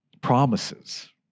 promises